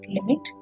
Limit